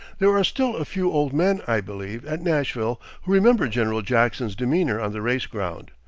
there are still a few old men, i believe, at nashville who remember general jackson's demeanor on the race ground,